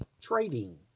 trading